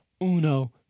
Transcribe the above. Uno